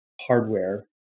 hardware